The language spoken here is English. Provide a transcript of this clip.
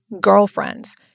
girlfriends